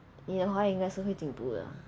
你的华语应该是会进步的